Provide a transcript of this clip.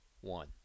one